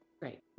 Great